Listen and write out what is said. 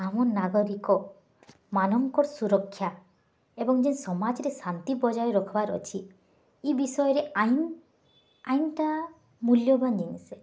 ଆମ ନାଗରିକମାନଙ୍କର୍ ସୁରକ୍ଷା ଏବଂ ଯେନ୍ ସମାଜରେ ଶାନ୍ତି ବଜାୟ ରଖବାର୍ ଅଛି ଇ ବିଷୟରେ ଆଇନ୍ଟା ମୂଲ୍ୟବାନ୍ ଜିନିଷ ଏ